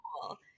cool